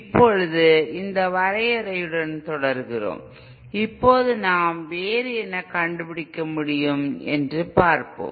இப்போது இந்த வரையறையுடன் தொடர்கிறோம் இப்போது நாம் வேறு என்ன கண்டுபிடிக்க முடியும் என்று பார்ப்போம்